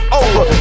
over